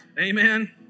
Amen